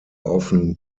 often